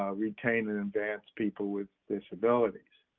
ah retain in advance people with disabilities,